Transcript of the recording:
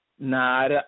Nah